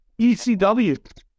ECW